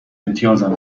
امتیازم